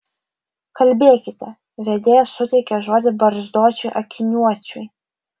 kalbėkite vedėja suteikė žodį barzdočiui akiniuočiui